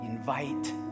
Invite